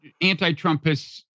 anti-Trumpists